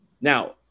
Now